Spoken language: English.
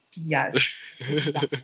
yes